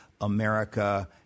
America